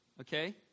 okay